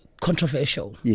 controversial